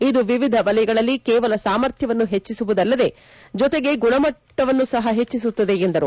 ಇದು ವಿವಿಧ ವಲಯಗಳಲ್ಲಿ ಕೇವಲ ಸಾಮರ್ಥ್ಯವನ್ನು ಹೆಜ್ಜಿಸುವುದಲ್ಲದೆ ಜೊತೆಗೆ ಗುಣಮಟ್ಟವನ್ನೂ ಸಹ ಹೆಜ್ಜಿಸುತ್ತದೆ ಎಂದರು